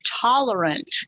tolerant